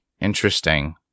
interesting